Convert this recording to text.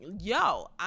yo